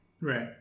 Right